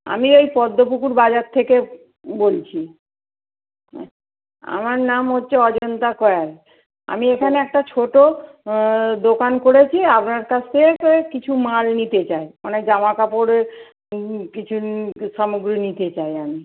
আমি এই পদ্মপুকুর বাজার থেকে বলছি অ্যাঁ আমার নাম হচ্ছে অজন্তা কয়াল আমি এখানে একটা ছোটো দোকান করেছি আপনার কাছ থেকে কিছু মাল নিতে চায় মানে জামা কাপড়ের কিছু সামগ্রী নিতে চাই আমি